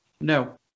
No